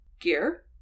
gear